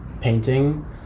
painting